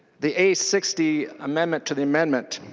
the a sixty amendment to the amendment